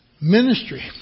Ministry